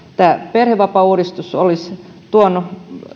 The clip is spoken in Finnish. perhevapaauudistus olisi tuonut